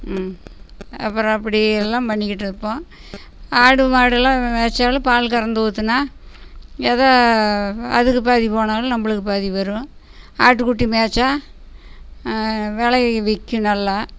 அப்புறம் அப்படி எல்லாம் பண்ணிகிட்டு இருப்போம் ஆடு மாடு எல்லாம் மேய்ச்சாலும் பால் கறந்து ஊற்றுனா ஏதோ அதுக்கு பாதி போனாலும் நம்மளுக்கு பாதி வரும் ஆட்டுக்குட்டி மேய்ச்சா விலை விக்கும் நல்லா